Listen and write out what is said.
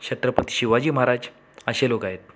शत्रपती शिवाजी महाराज असे लोक आहेत